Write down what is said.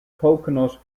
coconut